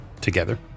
together